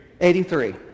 eighty-three